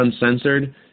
uncensored